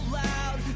loud